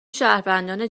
شهروندان